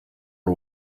ari